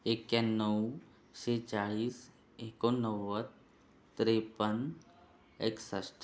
एक्याण्णव शेहेचाळीस एकोणनव्वद त्रेपन्न एकसष्ट